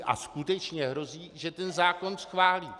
A skutečně hrozí, že ten zákon schválí.